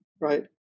right